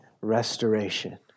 restoration